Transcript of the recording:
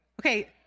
Okay